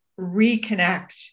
reconnect